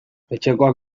etxekoak